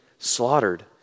Slaughtered